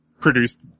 Produced